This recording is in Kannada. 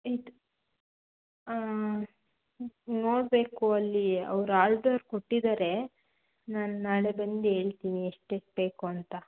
ಆಯ್ತು ಹ್ಞೂ ನೋಡಬೇಕು ಅಲ್ಲಿ ಅವ್ರು ಆರ್ಡರ್ ಕೊಟ್ಟಿದ್ದಾರೆ ನಾನು ನಾಳೆ ಬಂದು ಹೇಳ್ತೀನಿ ಎಷ್ಟೆಷ್ಟು ಬೇಕು ಅಂತ